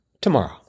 tomorrow